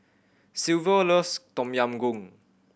Silvio loves Tom Yam Goong